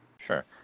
Sure